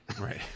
Right